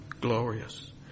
glorious